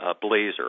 Blazer